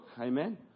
Amen